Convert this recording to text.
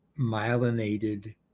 myelinated